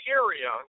area